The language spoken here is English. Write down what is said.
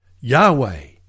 Yahweh